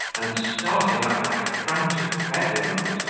and, starting up like a frantic bedlamite,